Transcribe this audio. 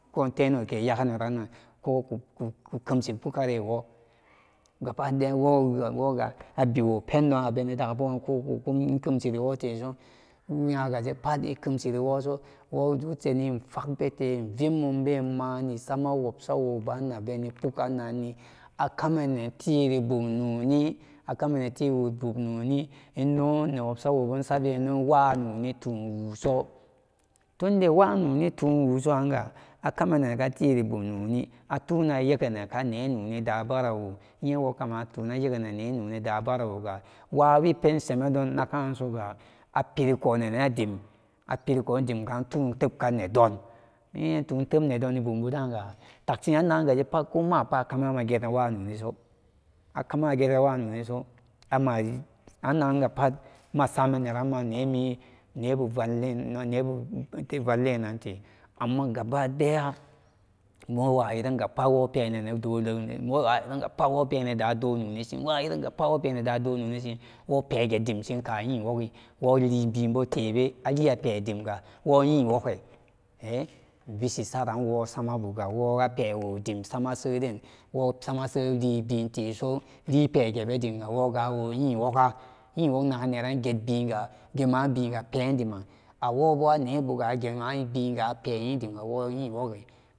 Go tenuwake yagarannan ko kuku kam shi póógare wóó gaba daya wóó wóó ga abiwóó pendon abene daga kokun kemshikare wóó teso inyagaje pat ishiri wóóso wóó usani infagbete ivid mumbe mani sama wubsawobu abene póógan nanni kamanntiri bumnóóni akamana nanti ribum nóóni ino newobsanawóóbu insanbenen wa nóóni tun wusu tunda wanóóni tuwusuranga akama nanka tiribum nóóni atuna yegenenka nenóóni dabarawo inyewo akaman atuyeg nera bum nóónida bara woga wawi pemendon naga soga apirukuwonendim apirukun dimga atun tobka nedon iyeni to tebka nedon bembudaga tasinnan nanjega pat komapat megerene wononiso akan ageren wanóóniso ama anangapat masamen neran anemi nebu valeno nebu vallenan te amma gaba daya bowayirangapat wopenenen ido wowayeranga pat apenani dado nóónisin wayirangapat worape nen dado nóónisin wopege dimsinka yin wogi wolibo tebe aliyape dimga wo yin wóóge ivishi saranbe samabuga woora pewóódim sama seden wóó samase libenteso lipege bedinga awóóyin wóóga yinwóóg na gen neran getbiga pema biwa pediman awóóbo anebuga agemabiga apeyin dim ga wóóbo anebuga agemabiga apeyin dim ga wóóyin woge.